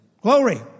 Glory